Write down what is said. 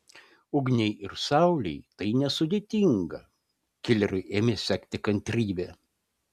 ugniai ir saulei tai nesudėtinga kileriui ėmė sekti kantrybė